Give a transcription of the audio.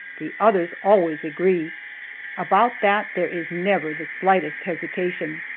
the others always agree about that there is never the slightest hesitation.